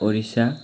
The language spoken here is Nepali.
उडिसा